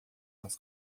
nas